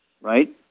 right